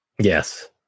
Yes